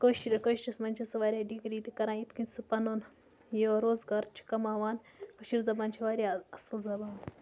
کٲشِر کٲشرِس منٛز چھِ سُہ واریاہ ڈِگری تہِ کَران یِتھ کٔنۍ سُہ پَنُن یہِ روزگار چھُ کَماوان کٔشیٖرِ زَبان چھِ واریاہ اَصٕل زَبان